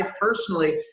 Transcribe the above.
personally